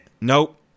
nope